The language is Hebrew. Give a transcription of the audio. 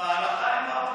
בהלכה אין רבנות.